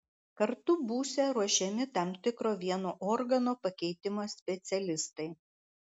kartu būsią ruošiami tam tikro vieno organo pakeitimo specialistai